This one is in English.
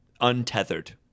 untethered